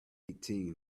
eighteen